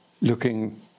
looking